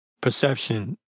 perception